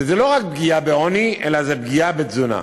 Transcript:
וזה לא רק פגיעה של עוני, אלא זה פגיעה בתזונה.